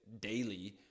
daily